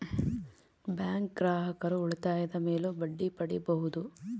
bank ಗ್ರಾಹಕರು ಉಳಿತಾಯದ ಮೇಲೂ ಬಡ್ಡಿ ಪಡೀಬಹುದು